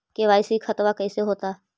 KYC खतबा कैसे होता?